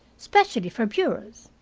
especially for bureaus.